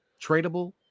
tradable